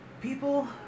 People